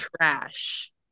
trash